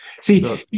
See